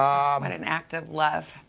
um and an act of love.